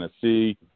Tennessee